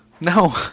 No